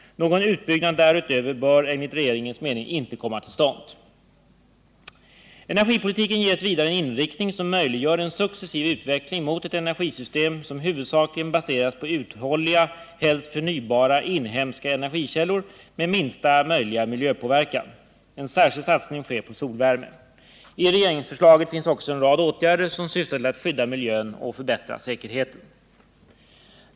Någon utbyggnad därutöver bör enligt regeringens mening inte komma till stånd. Energipolitiken ges vidare en inriktning som möjliggör en successiv utveckling mot ett energisystem som huvudsakligen baseras på uthålliga, helst förnybara inhemska energikällor med minsta möjliga miljöpåverkan. En särskild satsning sker på solvärme. I regeringsförslaget finns också en rad åtgärder som syftar till att skydda miljön och förbättra säkerheten.